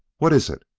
what is it?